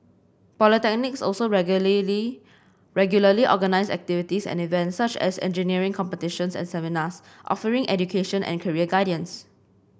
polytechnics also regularly organise activities and events such as engineering competitions and seminars offering education and career guidance